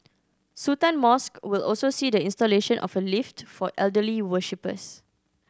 Sultan Mosque will also see the installation of a lift for elderly worshippers